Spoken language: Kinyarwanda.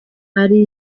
ari